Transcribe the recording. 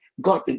God